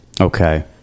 Okay